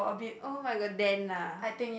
oh-my-god dent lah